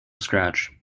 scratch